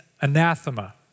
anathema